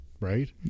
right